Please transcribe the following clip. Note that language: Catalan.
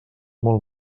molt